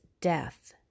death